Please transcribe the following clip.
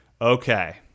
okay